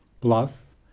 Plus